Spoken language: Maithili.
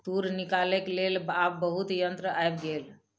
तूर निकालैक लेल आब बहुत यंत्र आइब गेल